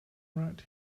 right